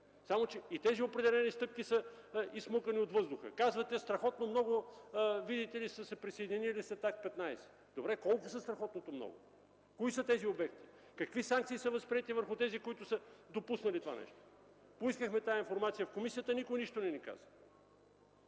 само че и те са изсмукани от въздуха. Казвате, че страхотно много са се присъединили след Акт 15. Добре, но колко са страхотното много? Кои са тези обекти? Какви санкции са възприети върху тези, които са допуснали това? Поискахме тази информация в комисията, но никой нищо не ни каза.